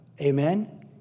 Amen